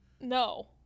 no